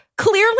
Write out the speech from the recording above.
Clearly